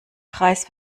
kreis